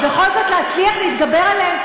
ובכל זאת להצליח להתגבר עליהם,